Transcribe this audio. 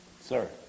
Sir